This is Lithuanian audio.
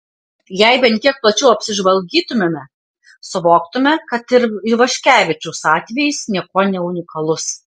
jei bent kiek plačiau apsižvalgytumėme suvoktume kad ir ivaškevičiaus atvejis niekuo neunikalus